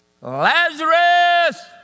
Lazarus